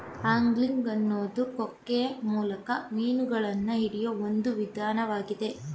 angling ಅನ್ನೋದು ಕೊಕ್ಕೆ ಮೂಲಕ ಮೀನುಗಳನ್ನ ಹಿಡಿಯೋ ಒಂದ್ ವಿಧಾನ್ವಾಗಿದೆ